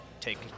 take